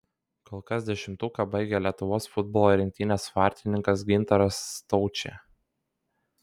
kol kas dešimtuką baigia lietuvos futbolo rinktinės vartininkas gintaras staučė